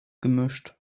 gemischt